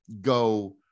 go